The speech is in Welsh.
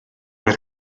oedd